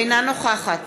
אינה נוכחת